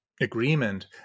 agreement